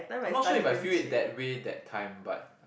I am not sure if I feel it that way that time but